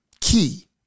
key